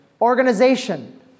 Organization